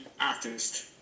artist